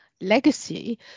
legacy